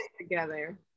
together